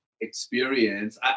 experience